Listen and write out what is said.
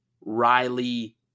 Riley